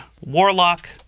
warlock